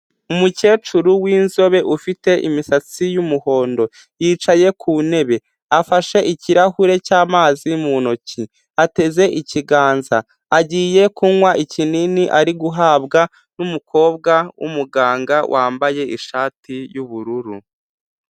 Umukecuru w'inzobe, ufite imisatsi y'umuhondo. Yicaye ku ntebe, afashe ikirahure cy'amazi mu ntoki, ateze ikiganza. aAgiye kunywa ikinini ari guhabwa n'umukobwa w'umuganga wambaye ishati yubururu.